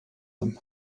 them